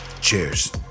Cheers